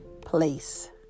place